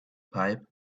pipe